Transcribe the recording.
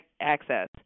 access